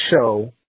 show